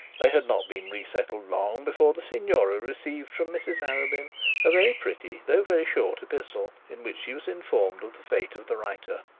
they had not been resettled long before the signora received from mrs arabin a very pretty though very short epistle, in which she was informed of the fate of the writer.